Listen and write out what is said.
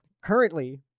currently